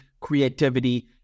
creativity